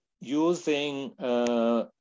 using